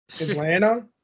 Atlanta